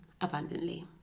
abundantly